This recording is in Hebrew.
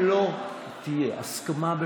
לא תהיה הפסקה עד סוף היום?